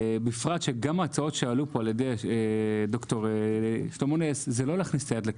בפרט שגם ההצעות שעלו פה על ידי ד"ר שלמה נס זה לא להכניס את היד לכיס.